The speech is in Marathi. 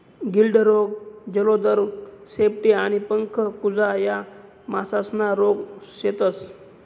गिल्ड रोग, जलोदर, शेपटी आणि पंख कुजा या मासासना रोग शेतस